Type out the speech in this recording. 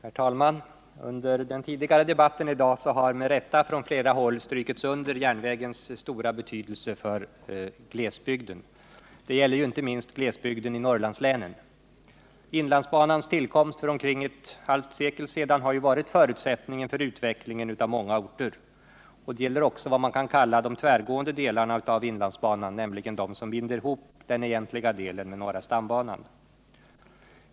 Herr talman! Under debatten tidigare i dag har man från flera håll med rätta strukit under järnvägens stora betydelse för glesbygden. Det gäller inte minst glesbygden i Norrlandslänen. Inlandsbanans tillkomst för omkring ett halvt sekel sedan har ju varit förutsättningen för utvecklingen av många orter. Det gäller också vad man kan kalla de tvärgående delarna av inlandsbanan, nämligen dem som binder ihop den egentliga delen med norra stambanan.